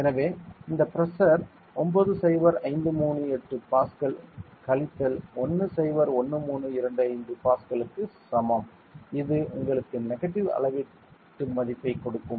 எனவே இந்த pressure 90538 pascal கழித்தல் 101325 பாஸ்கலுக்கு சமம் இது உங்களுக்கு நெகட்டிவ் அளவீட்டு மதிப்பைக் கொடுக்கும்